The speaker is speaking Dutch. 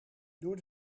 door